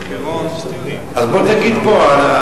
אז בוא תגיד פה.